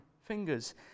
fingers